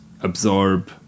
absorb